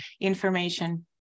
information